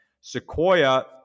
Sequoia